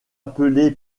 appelé